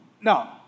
No